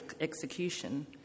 execution